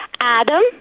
Adam